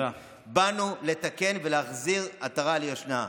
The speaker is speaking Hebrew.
באנו לתקן ולהחזיר עטרה ליושנה.